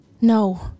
No